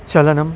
चलनम्